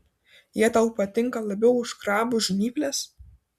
jie tau patinka labiau už krabų žnyples